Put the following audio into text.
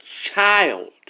child